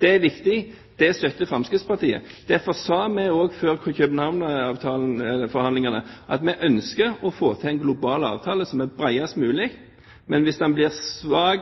Det er viktig. Det støtter Fremskrittspartiet. Derfor sa vi også før København-forhandlingene at vi ønsket å få til en global avtale som er bredest mulig, men hvis den blir svak,